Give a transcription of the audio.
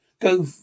go